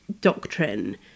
doctrine